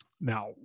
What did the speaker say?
Now